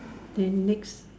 then next